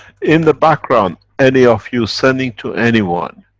in the background, any of you sending to anyone,